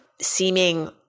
seeming